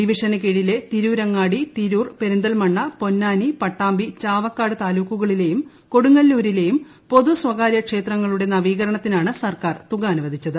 ഡിവിഷന് കീഴിലെ തിരൂരങ്ങാടി തിരൂർ പെരിന്തൽമണ്ണ പൊന്നാനി പട്ടാമ്പി ചാവക്കാട് താലൂക്കുകളിലെയും കൊടുങ്ങല്ലൂരിലെയും പൊതു സ്വകാര്യ ക്ഷേത്രങ്ങളുടെ നവീകരണത്തിനാണ് സർക്കാർ തുക അനുവദിച്ചത്